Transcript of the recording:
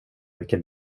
vilken